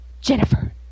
Jennifer